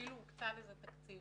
אפילו הוקצה לזה תקציב,